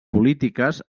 polítiques